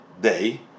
day